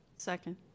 Second